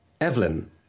Evelyn